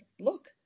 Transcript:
look